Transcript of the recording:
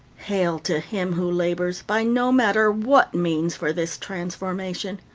hail to him who labors, by no matter what means, for this transformation!